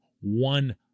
one